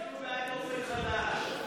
היינו צריכים להגיב כאילו אחת הרקטות פגעה והרגה,